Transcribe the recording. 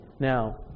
Now